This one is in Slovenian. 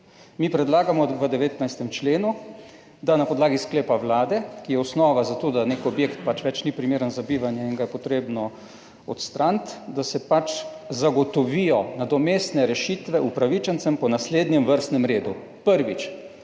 Mi predlagamo v 19. členu, da se na podlagi sklepa Vlade, ki je osnova za to, da nek objekt pač ni več primeren za bivanje in ga je potrebno odstraniti, zagotovijo nadomestne rešitve upravičencem po naslednjem vrstnem redu. Prvič: